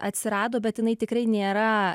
atsirado bet jinai tikrai nėra